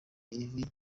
ivi